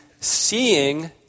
seeing